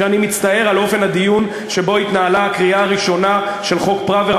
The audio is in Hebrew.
שאני מצטער על אופן הדיון שבו התנהלה הקריאה הראשונה של חוק פראוור.